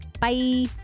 Bye